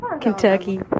Kentucky